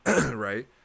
Right